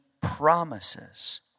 promises